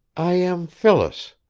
i am phyllis,